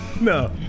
No